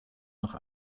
noch